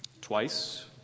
twice